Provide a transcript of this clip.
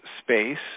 space